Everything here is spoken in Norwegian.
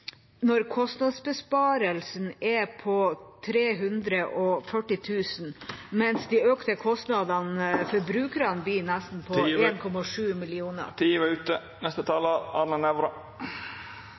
når kostnadsbesparelsen er på 340 000 kr, mens de økte kostnadene for brukerne blir på nesten